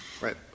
Right